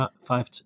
five